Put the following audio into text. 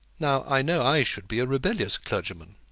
now, i know i should be a rebellious clergyman.